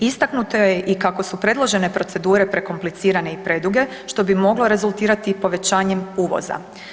Istaknuto je i kako su predložene procedure prekomplicirane i preduge, što bi moglo rezultirati povećanjem uvoza.